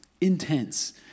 Intense